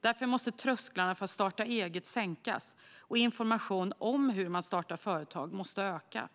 Därför måste trösklarna för att starta eget sänkas, och informationen om hur man startar företag måste förbättras.